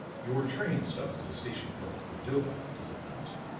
your train stops at a station called cordova, does it not?